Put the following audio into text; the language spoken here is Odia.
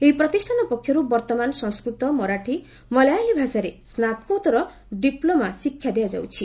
ଏହି ପ୍ରତିଷ୍ଠାନ ପକ୍ଷରୁ ବର୍ତ୍ତମାନ ସଂସ୍କୃତ ମରାଠୀ ମଲାୟଲୀ ଭାଷାରେ ସ୍ନାତକୋତ୍ତର ଡିପ୍ଲୋମ ଶିକ୍ଷା ଦିଆଯାଉଛି